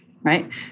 right